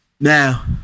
Now